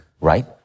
right